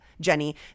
Jenny